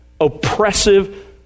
oppressive